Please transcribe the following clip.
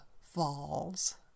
Falls